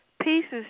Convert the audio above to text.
pieces